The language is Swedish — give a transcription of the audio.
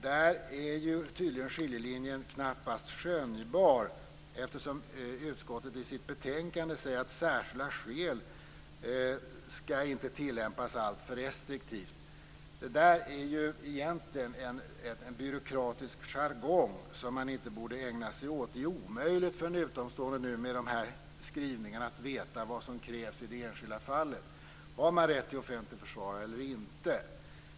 Här är skiljelinjen tydligen knappast skönjbar, eftersom utskottet i sitt betänkande säger att särskilda skäl inte skall tillämpas alltför restriktivt. Detta är egentligen en byråkratisk jargong som man inte borde ägna sig åt. Med dessa skrivningar blir det omöjligt för en utomstående att veta vad som krävs i det enskilda fallet, om man har rätt till offentlig försvarare eller inte.